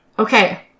Okay